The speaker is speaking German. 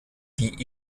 die